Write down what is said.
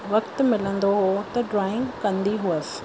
वक़्तु मिलंदो हुओ त ड्रॉइंग कंदी हुअसि